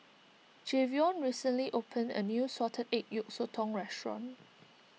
Jayvion recently opened a new Salted Egg Yolk Sotong restaurant